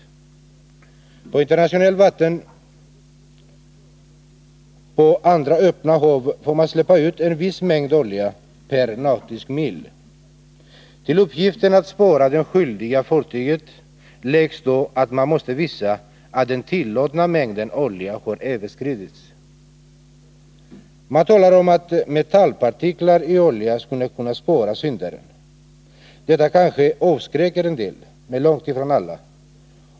I öppna hav på internationellt vatten får man släppa ut en viss mängd olja per nautisk mil. Till uppgiften att spåra det skyldiga fartyget läggs då att man måste visa att den tillåtna mängden olja har överskridits. Man talar om att man genom metallpartiklar i oljan skall kunna spåra syndaren. Detta kanske avskräcker en del, men långt ifrån alla.